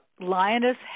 lioness